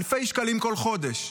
אלפי שקלים כל חודש.